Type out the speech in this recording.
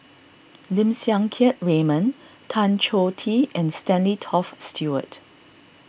Lim Siang Keat Raymond Tan Choh Tee and Stanley Toft Stewart